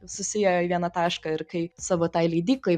susiėjo į vieną tašką ir kai savo tai leidyklai